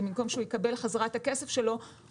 ובמקום שהוא יקבל חזרה את הכסף הזה הוא